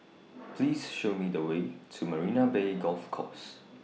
Please Show Me The Way to Marina Bay Golf Course